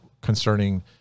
concerning